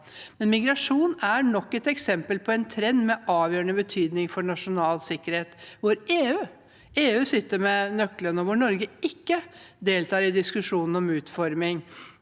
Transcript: Migrasjon er nok et eksempel på en trend med avgjørende betydning for nasjonal sikkerhet hvor EU sitter med nøkkelen, og hvor Norge ikke deltar i diskusjonen om utforming.